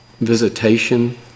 visitation